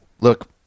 look